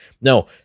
No